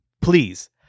please